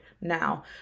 now